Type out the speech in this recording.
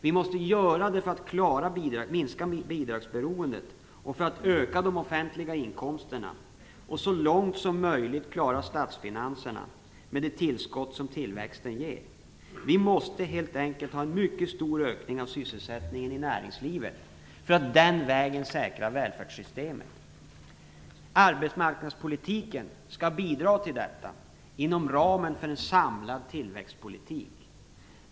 Vi måste göra det för att kunna minska bidragsberoendet, öka de offentliga inkomsterna och så långt som möjligt klara statsfinanserna med de tillskott som tillväxten ger. Vi måste helt enkelt få en mycket stor ökning av sysselsättningen i näringslivet för att den vägen säkra välfärdssystemet. Arbetsmarknadspolitiken skall bidra till detta inom ramen för en samlad tillväxtpolitik.